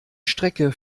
strecke